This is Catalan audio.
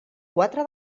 quatre